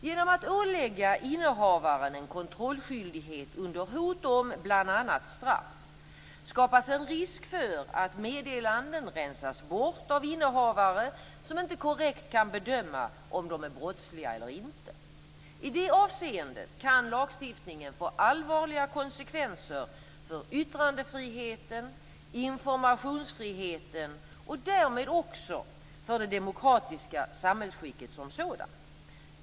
Genom att ålägga innehavaren en kontrollskyldighet under hot om bl.a. straff skapas en risk för att meddelanden rensas bort av innehavare som inte korrekt kan bedöma om de är brottsliga eller inte. I det avseendet kan lagstiftningen få allvarliga konsekvenser för yttrandefriheten, informationsfriheten och därmed också för det demokratiska samhällsskicket som sådant.